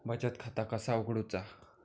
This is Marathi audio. बचत खाता कसा उघडूचा?